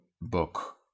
book